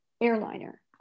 airliner